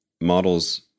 models